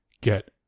get